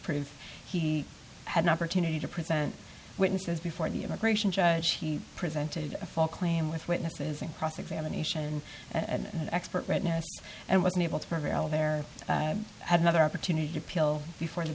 proof he had an opportunity to present witnesses before the immigration judge he presented a false claim with witnesses in cross examination and an expert witness and was unable to prevail there had another opportunity to appeal before the